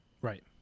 Right